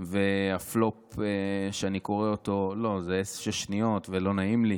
והפלופ שאני קורא לו, זה שש שניות, ולא נעים לי.